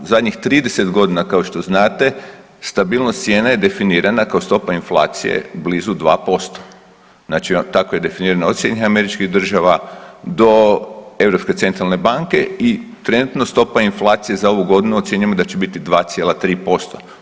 U zadnjih 30.g. kao što znate stabilnost cijene je definirana kao stopa inflacije blizu 2%, znači tako je definirana ocjena od američkih država do Europske centralne banke i trenutno stopa inflacije za ovu godinu ocjenjujemo da će biti 2,3%